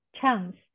chance